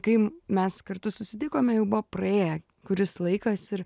kai mes kartu susitikome jau buvo praėję kuris laikas ir